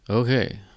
Okay